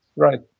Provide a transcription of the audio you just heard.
Right